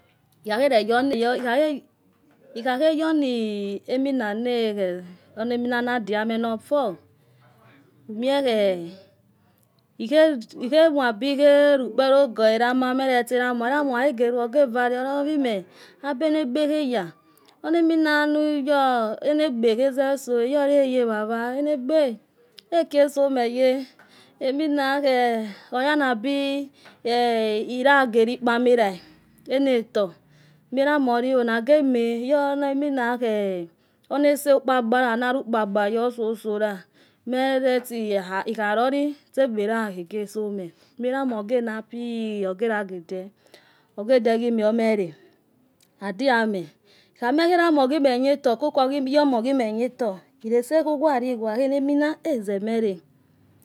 ikhakhe go onamina na. deuamo no ltuu. imiehe ilqlic omabi rukpelo gu erma. molose erama. erma. okhakhogelu. ogevare eli oluweme aboma egbo ekhoya. onami nanuyo ena-egbo ekugeso. loco heyd baba onaegbe akiagomhe ye emonahe oganabi iyagelo ikpamera enator. orama olo lage ema iyo emonakho ona ese ukpakpala naru ulepakpayo sosola. mele isi khalole itso ogbe aya khegesome omie orama ogena pi ogelagede. ogedeoghime omelo. adeyame. llehamo erama orghime dator or lyoma luughime dotor uese ukhualikua. elese enamin. ezemele